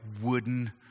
wooden